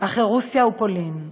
אחרי רוסיה ופולין,